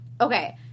okay